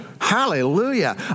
Hallelujah